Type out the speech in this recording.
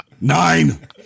Nine